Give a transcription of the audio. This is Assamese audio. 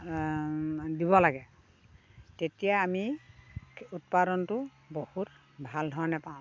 দিব লাগে তেতিয়া আমি উৎপাদনটো বহুত ভাল ধৰণে পাওঁ